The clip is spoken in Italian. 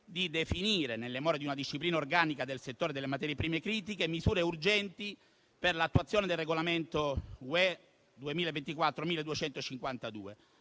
di definire, nelle more di una disciplina organica del settore delle materie prime critiche, misure urgenti per l'attuazione del Regolamento (UE) 2024/1252,